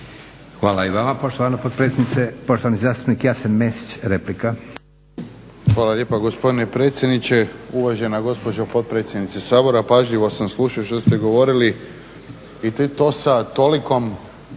Hvala i vama poštovana potpredsjednice. Poštovani zastupnik Jasen Mesić replika. **Mesić, Jasen (HDZ)** Hvala lijepa gospodine predsjedniče. Uvažena gospođo potpredsjednice Sabora, pažljivo sam slušao što ste govorili i to sa tolikom